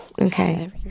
Okay